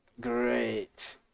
Great